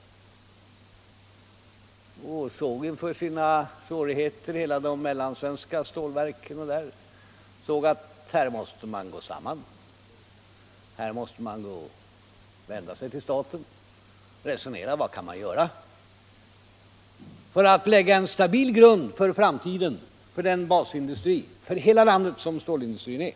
Inför sina svårigheter insåg de mellansvenska stålverken att man här måste gå samman och vända sig till staten för att resonera om vad som skulle kunna göras för att lägga en stabil grund för framtiden för den basindustri för hela landet som stålindustrin är.